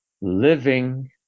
living